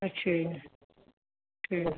ਅੱਛਾ ਜੀ ਠੀਕ